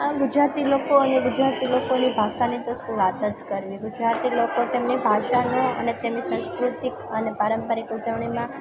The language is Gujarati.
આ ગુજરાતી લોકો અને ગુજરાતી લોકોની ભાષાની તો શું વાત જ કરવી ગુજરાતી લોકો તેમની ભાષાનો અને તેમની સંસ્કૃતિક અને પારંપરિક ઉજવણીમાં